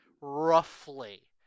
roughly